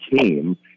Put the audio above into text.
team